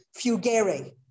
fugere